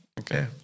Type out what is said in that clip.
Okay